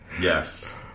Yes